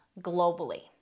globally